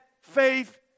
faith